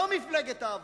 לא מפלגת העבודה,